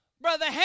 Brother